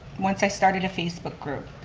once i started a facebook group,